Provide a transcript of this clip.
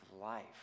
life